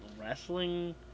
wrestling